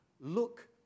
look